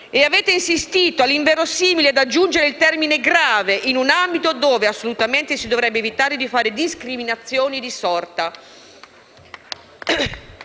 e avete insistito all'inverosimile ad aggiungere il termine «grave», in un ambito dove assolutamente si dovrebbe evitare di fare discriminazioni di sorta.